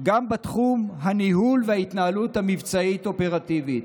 גם בתחום הניהול וההתנהלות המבצעית אופרטיבית,